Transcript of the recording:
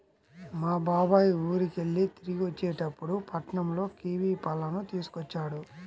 మా బాబాయ్ ఊరికెళ్ళి తిరిగొచ్చేటప్పుడు పట్నంలో కివీ పళ్ళను తీసుకొచ్చాడు